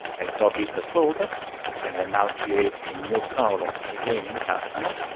i copy the code and i now create a new column again in customer.